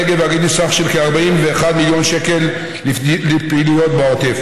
הנגב והגליל סכום של כ-41 מיליון שקלים לפעילויות בעוטף.